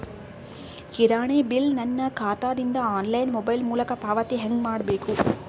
ಕಿರಾಣಿ ಬಿಲ್ ನನ್ನ ಖಾತಾ ದಿಂದ ಆನ್ಲೈನ್ ಮೊಬೈಲ್ ಮೊಲಕ ಪಾವತಿ ಹೆಂಗ್ ಮಾಡಬೇಕು?